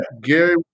Gary